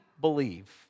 believe